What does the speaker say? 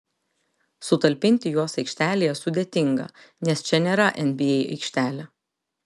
sutalpinti juos aikštelėje sudėtinga nes čia nėra nba aikštelė